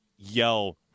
yell